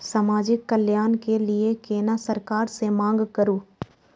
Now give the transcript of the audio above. समाजिक कल्याण के लीऐ केना सरकार से मांग करु?